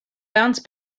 bounce